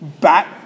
back